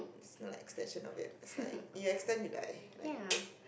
there's no extension of it is like you extend you die like